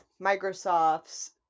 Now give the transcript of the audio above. microsoft's